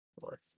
Four